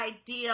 ideal